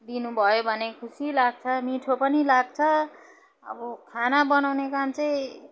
दिनुभयो भने खुसी लाग्छ मिठो पनि लाग्छ अब खाना बनाउने काम चाहिँ